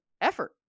effort